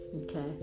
Okay